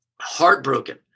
heartbroken